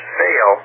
fail